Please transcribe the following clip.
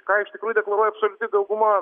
ką iš tikrųjų deklaruoja absoliuti dauguma